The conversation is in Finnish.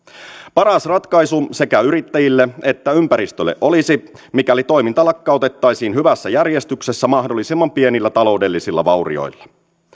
paras ratkaisu sekä yrittäjille että ympäristölle olisi mikäli toiminta lakkautettaisiin hyvässä järjestyksessä mahdollisimman pienillä taloudellisilla vaurioilla